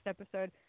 episode